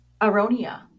Aronia